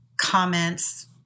comments